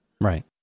Right